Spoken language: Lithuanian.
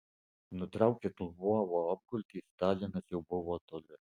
nutraukiant lvovo apgultį stalinas jau buvo toli